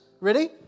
Ready